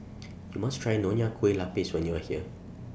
YOU must Try Nonya Kueh Lapis when YOU Are here